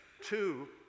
Two